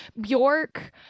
Bjork